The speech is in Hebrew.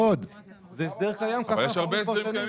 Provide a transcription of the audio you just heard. זה הסדר קיים, ככה אנחנו כבר שנים.